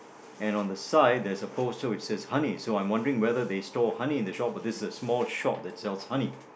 and on the side there's a boat so it says honey so I'm wondering whether they stole honey from the shop or whether this is a shop that sells honey